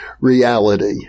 reality